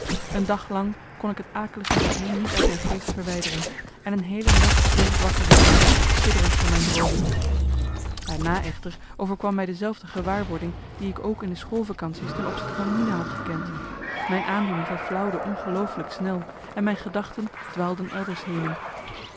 een dag lang kon ik het akelige visioen niet uit mijn geest verwijderen en een heele nacht bleef ik wakker liggen sidderend voor mijn droomen daarna echter overkwam mij dezelfde gewaarwording die ik ook in de schoolvacantie's ten opzichte van mina had gekend mijn aandoening verflauwde ongelooflijk snel en mijn gedachten dwaalden elders henen